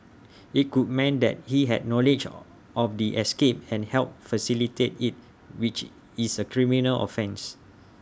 IT could mean that he had knowledge of the escape and helped facilitate IT which is A criminal offence